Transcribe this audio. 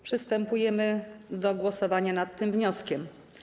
Przystępujemy do głosowania nad tym wnioskiem.